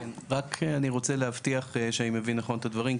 אני רק רוצה להבטיח שאני מבין נכון את הדברים.